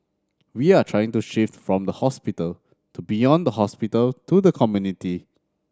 we are trying to shift from the hospital to beyond the hospital to the community